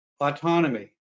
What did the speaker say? autonomy